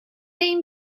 این